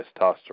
testosterone